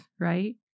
right